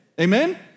Amen